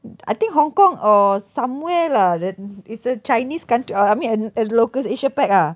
I think hong kong or somewhere lah that is a chinese coun~ uh I mean a a locals asia PAC ah